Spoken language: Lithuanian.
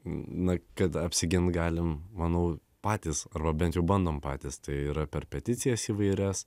na kad apsigint galim manau patys arba bent jau bandom patys tai yra per peticijas įvairias